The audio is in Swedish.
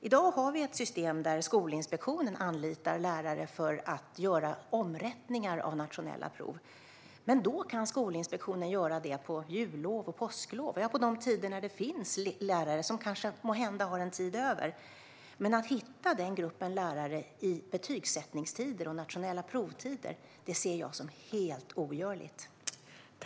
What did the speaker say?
I dag har vi ett system där Skolinspektionen anlitar lärare för att göra omrättningar av nationella prov. Skolinspektionen kan göra detta på jullov eller påsklov - på tider då det finns lärare som kanske har tid över - men att hitta denna grupp lärare i betygsättningstider och i tider då nationella prov genomförs ser jag som helt ogörligt.